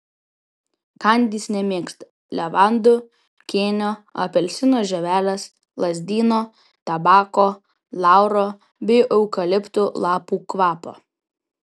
kandys nemėgsta levandų kėnio apelsino žievelės lazdyno tabako lauro bei eukalipto lapų kvapo